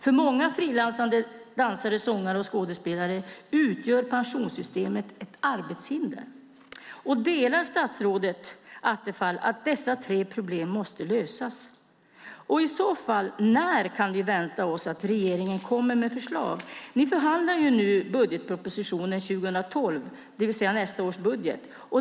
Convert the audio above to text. För många frilansande dansare, sångare och skådespelare utgör pensionssystemet ett arbetshinder. Delar statsrådet Attefall uppfattningen att dessa tre problem måste lösas? När kan vi i så fall vänta oss att regeringen kommer med förslag? Ni förhandlar nu budgetpropositionen 2012, det vill säga nästa års budget.